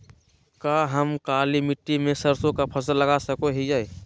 का हम काली मिट्टी में सरसों के फसल लगा सको हीयय?